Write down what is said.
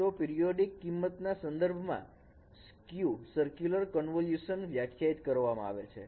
તો પિરીયોડીક કિંમત ના સંદર્ભમાં "skew" સરક્યુલર કન્વોલ્યુશન વ્યાખ્યાયિત કરવામાં આવે છે